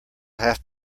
have